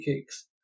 kicks